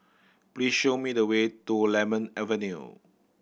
please show me the way to Lemon Avenue